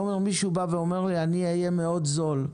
אתה אומר: אם מישהו אומר שהוא יהיה זול מאוד,